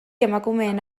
emakumeen